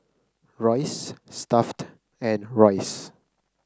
Royce Stuff'd and Royce